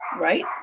Right